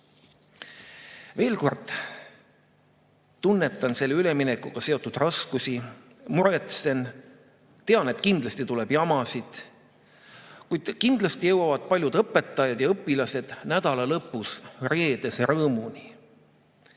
Veel kord: tunnetan selle üleminekuga seotud raskusi, muretsen, tean, et kindlasti tuleb jamasid. Kuid kindlasti jõuavad paljud õpetajad ja õpilased nädala lõpus reedese rõõmuni.